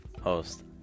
host